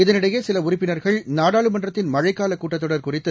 இதனிடையேசிஷைறுப்பினர்கள் நாடாளுமன்றத்தின் மழழக்காலக் கூட்டத்தொடர் குறித்து